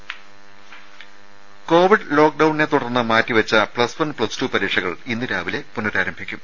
ദേദ കോവിഡ് ലോക്ഡൌണിനെ തുടർന്ന് മാറ്റിവെച്ച പ്ലസ് വൺ പ്ലസ് ടു പരീക്ഷകൾ ഇന്ന് രാവിലെ പുനരാരംഭിക്കും